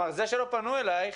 זה שלא פנו אליך,